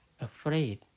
afraid